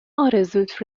آرزوت